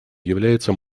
является